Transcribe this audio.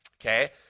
okay